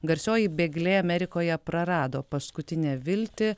garsioji bėglė amerikoje prarado paskutinę viltį